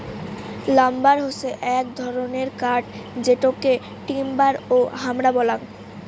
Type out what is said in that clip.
lumber হসে এক ধরণের কাঠ যেটোকে টিম্বার ও হামরা বলাঙ্গ